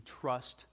trust